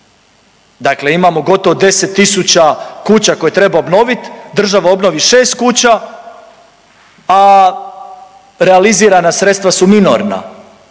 Dakle, imamo gotovo 10.000 kuća koje treba obnovi, država obnovi šest kuća, a realizirana sredstva su minorna